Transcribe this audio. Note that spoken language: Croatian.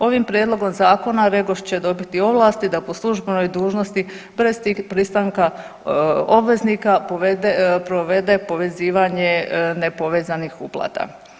Ovim prijedlogom zakona REGOS će dobiti ovlasti da po službenoj dužnosti bez pristanka obveznika provede povezivanje nepovezanih uplata.